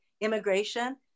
immigration